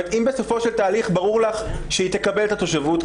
אם בסופו של תהליך ברור לך שהיא תקבל את התושבות,